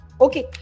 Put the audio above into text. okay